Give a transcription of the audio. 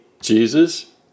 Jesus